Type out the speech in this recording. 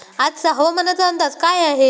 आजचा हवामानाचा अंदाज काय आहे?